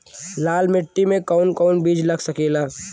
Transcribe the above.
लाल मिट्टी में कौन कौन बीज लग सकेला?